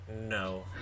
no